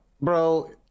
bro